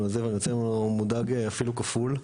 הזה ואני יוצא ממנו מודאג אפילו כפול.